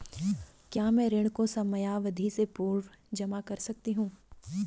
क्या मैं ऋण को समयावधि से पूर्व जमा कर सकती हूँ?